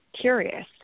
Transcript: curious